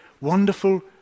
wonderful